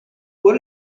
what